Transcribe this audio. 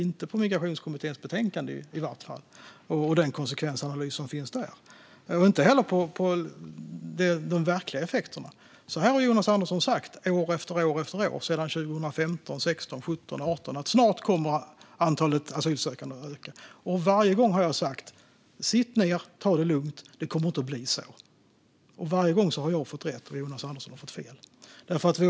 Inte på Migrationskommitténs betänkande och den konsekvensanalys som finns där i vart fall och inte heller på de verkliga effekterna. Jonas Andersson har år efter år sedan 2015 sagt att antalet asylsökande snart kommer att öka. Varje gång har jag sagt: Sitt ned och ta det lugnt! Det kommer inte att bli så. Varje gång har jag fått rätt och Jonas Andersson i Skellefteå fått fel.